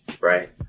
Right